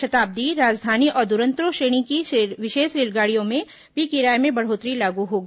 शताब्दी राजधानी और दुरंतो श्रेणी की विशेष रेलगाड़ियों में भी किराये में बढ़ोतरी लागू होगी